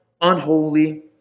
unholy